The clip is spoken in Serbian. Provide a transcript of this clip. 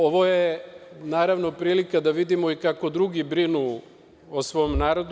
Ovo je naravno prilika da vidimo i kako drugi brinu o svom narodu.